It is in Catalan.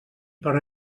per